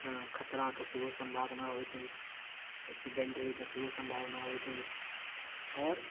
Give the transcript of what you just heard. हँ खतराके सेहो सम्भावना होइत अछि एक्सीडेन्ट होइके सेहो सम्भावना होइत अछि आओर